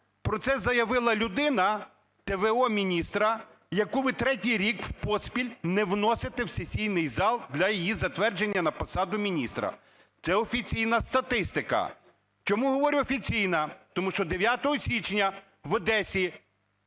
Про це заявила людина, т.в.о. міністра, яку ви третій рік поспіль не вносите в сесійний зал для її затвердження на посаду міністра. Це офіційна статистика. Чому говорю, офіційна? Тому що 9 січня в Одесі